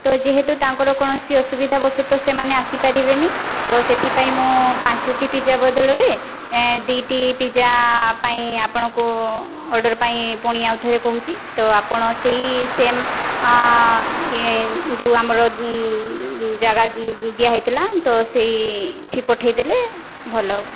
ତ ଯେହେତୁ ତାଙ୍କର କୌଣସି ଅସୁବିଧା ବଶତଃ ସେମାନେ ଆସିପାରିବେନି ତ ସେଥିପାଇଁ ମୁଁ ପାଞ୍ଚଟି ପିଜ୍ଜା ବଦଳରେ ଦୁଇଟି ପିଜ୍ଜା ପାଇଁ ଆପଣଙ୍କୁ ଅର୍ଡ଼ର୍ ପାଇଁ ପୁଣି ଆଉଥରେ କହୁଛି ତ ଆପଣ ସେଇ ସେମ୍ ଯେଉଁ ଆମର ଜାଗା ଦିଆହେଇଥିଲା ତ ସେଇଠି ପଠାଇଦେଲେ ଭଲହେବ